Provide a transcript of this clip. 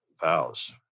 vows